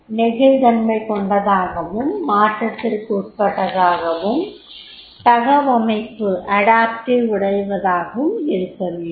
நெகிழ் தன்மை கொண்டதாகவும் மாற்றத்திற்கு உட்பட்டதாகவும் தகவமைப்பு உடையதாக இருக்கவேண்டும்